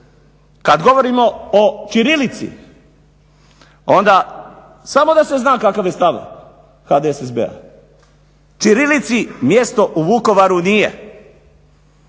Kad govorimo o ćirilici onda samo da se zna kakav je stav HDSSB-a, ćirilici mjesto u Vukovaru nije.